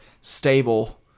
stable